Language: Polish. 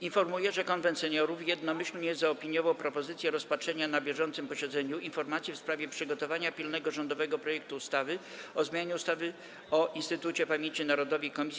Informuję, że Konwent Seniorów jednomyślnie zaopiniował propozycję rozpatrzenia na bieżącym posiedzeniu informacji w sprawie przygotowania pilnego rządowego projektu ustawy o zmianie ustawy o Instytucie Pamięci Narodowej - Komisji